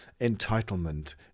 entitlement